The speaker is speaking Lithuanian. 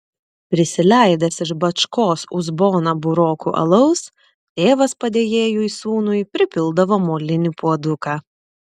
prisileidęs iš bačkos uzboną burokų alaus tėvas padėjėjui sūnui pripildavo molinį puoduką